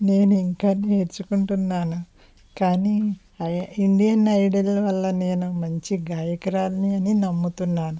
నేను ఇంకా నేర్చుకుంటున్నాను కానీ ఐ ఇండియన్ ఐడల్ వల్ల నేను మంచి గాయకురాలిని అని నమ్ముతున్నాను